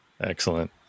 Excellent